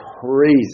crazy